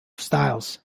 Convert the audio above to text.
styles